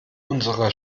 unsere